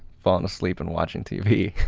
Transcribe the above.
falling asleep and watching tv,